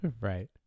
Right